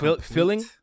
filling